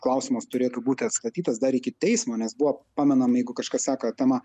klausimas turėtų būti atstatytas dar iki teismo nes buvo pamenam jeigu kažkas seka temą